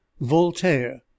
voltaire